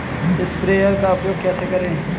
Sprayer का उपयोग कैसे करें?